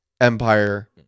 Empire